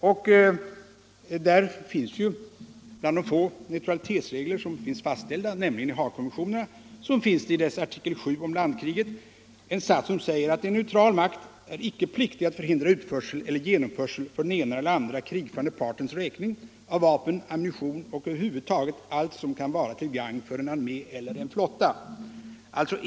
I Haagkonventionens artikel 7 om landkrig — en av de få neutralitetsregler som finns fastställda — står att en neutral makt icke är pliktig att förhindra utförsel eller genomförsel för den ena eller andra krigförande partens räkning av vapen, ammunition eller vad helst som kan vara till gagn för en armé eller en flotta.